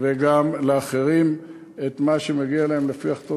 וגם לאחרים את מה שמגיע להם לפי החלטות